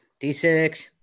D6